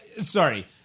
Sorry